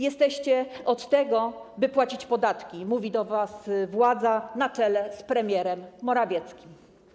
Jesteście od tego, by płacić podatki - mówi do was władza na czele z premierem Morawieckim.